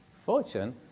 fortune